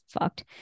fucked